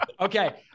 Okay